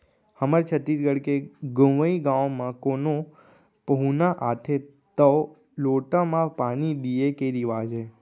हमर छत्तीसगढ़ के गँवइ गाँव म कोनो पहुना आथें तौ लोटा म पानी दिये के रिवाज हे